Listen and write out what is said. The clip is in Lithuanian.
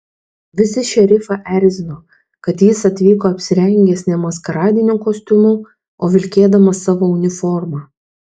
visi šerifą erzino kad jis atvyko apsirengęs ne maskaradiniu kostiumu o vilkėdamas savo uniformą